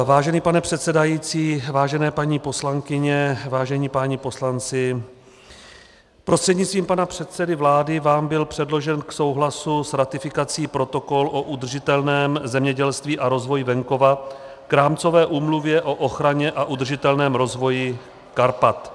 Vážený pane předsedající, vážené paní poslankyně, vážení páni poslanci, prostřednictvím pana předsedy vlády vám byl předložen k souhlasu s ratifikací Protokol o udržitelném zemědělství a rozvoji venkova k Rámcové úmluvě o ochraně a udržitelném rozvoji Karpat.